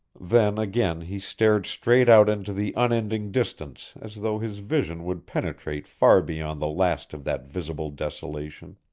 then again he stared straight out into the unending distance as though his vision would penetrate far beyond the last of that visible desolation